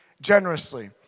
generously